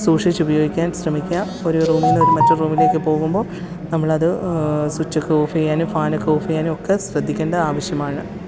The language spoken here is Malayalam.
സൂക്ഷിച്ചു ഉപയോഗിക്കാൻ ശ്രമിക്കാം ഒരു റൂമിൽ നിന്നൊരു മറ്റൊരു റൂമിലേക്ക് പോകുമ്പോൾ നമ്മൾ അത് സ്വിച്ചൊക്കെ ഓഫ് ചെയ്യാനും ഫാനൊക്കെ ഓഫ് ചെയ്യാനും ഒക്കെ ശ്രദ്ധിക്കേണ്ട ആവശ്യമാണ്